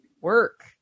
work